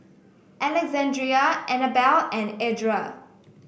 Alexandria Anabelle and Edra